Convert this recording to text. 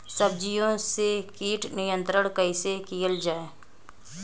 सब्जियों से कीट नियंत्रण कइसे कियल जा?